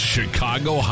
Chicago